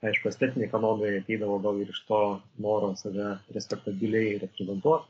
aišku estetiniai kanonai ateidavo ir iš to noro save respektabiliai reprezentuoti